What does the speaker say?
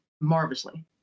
marvelously